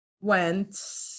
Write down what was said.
went